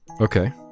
okay